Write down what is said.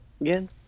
again